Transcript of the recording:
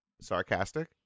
sarcastic